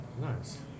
nice